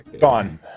Gone